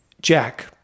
Jack